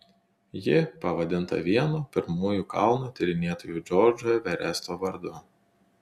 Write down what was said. ji pavadinta vieno pirmųjų kalno tyrinėtojų džordžo everesto vardu